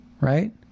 right